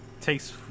takes